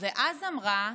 ואז אמרה: